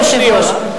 עשר שניות.